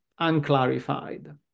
unclarified